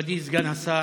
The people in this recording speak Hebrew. מכובדי סגן השר,